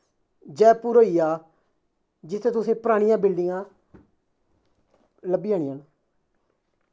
जयपुर होई गेआ जित्थें तुसें परानियां बिल्डिंगां लब्भी जानियां न